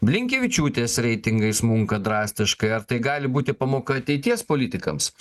blinkevičiūtės reitingai smunka drastiškai ar tai gali būti pamoka ateities politikams